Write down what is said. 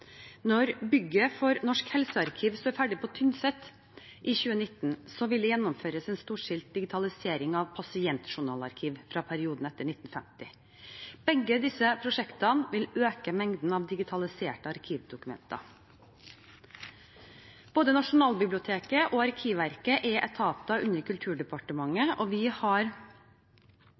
Når bygget for Norsk helsearkiv står ferdig på Tynset i 2019, vil det gjennomføres en storstilt digitalisering av pasientjournalarkiv fra perioden etter 1950. Begge disse prosjektene vil øke mengden av digitaliserte arkivdokumenter. Både Nasjonalbiblioteket og Arkivverket er etater under Kulturdepartementet, og vi har